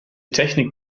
technik